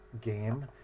game